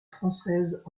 françaises